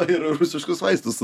ir rusiškus vaistus